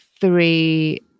three